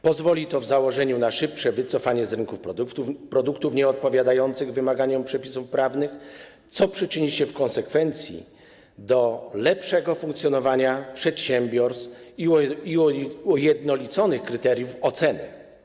Pozwoli to w założeniu na szybsze wycofanie z rynku produktów nieodpowiadających wymaganiom przepisów prawnych, co przyczyni się w konsekwencji do lepszego funkcjonowania przedsiębiorstw i ujednolicenia kryteriów oceny.